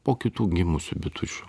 po kitų gimusių bitučių